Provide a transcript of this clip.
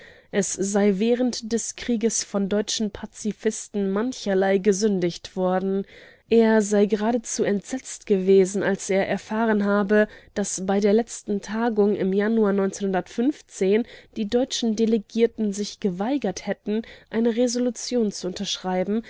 es sei während des krieges von deutschen pazifisten mancherlei gesündigt worden er sei geradezu entsetzt gewesen als er erfahren habe daß bei der letzten tagung im januar die deutschen delegierten sich geweigert hätten eine resolution zu unterschreiben